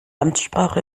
amtssprache